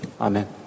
Amen